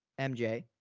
MJ